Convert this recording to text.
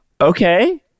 okay